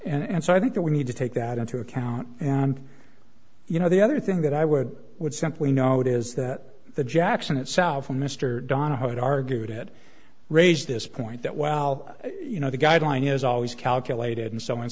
and and so i think that we need to take that into account and you know the other thing that i would would simply note is that the jackson itself and mr donahoe it argued it raised this point that well you know the guideline is always calculated and so in